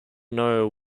know